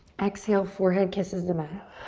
exhale, forehead kisses the mat.